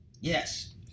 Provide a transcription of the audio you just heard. Yes